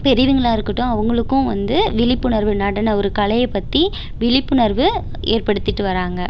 பெரியவங்களாக இருக்கட்டும் அவங்களுக்கும் வந்து விழிப்புணர்வு நடன ஒரு கலையை பற்றி விழிப்புணர்வு ஏற்படுத்திட்டு வராங்கள்